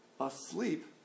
Asleep